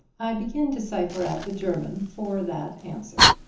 i begin to cipher out the german for that answer.